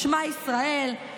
"שמע ישראל",